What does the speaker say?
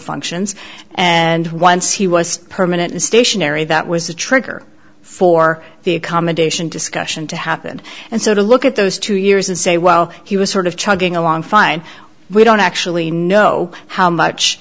functions and once he was permanent stationary that was the trigger for the accommodation discussion to happen and so to look at those two years and say well he was sort of chugging along fine we don't actually know how much